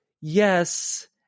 yes